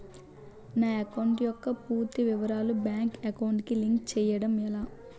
నా అకౌంట్ యెక్క పూర్తి వివరాలు బ్యాంక్ అకౌంట్ కి లింక్ చేయడం ఎలా?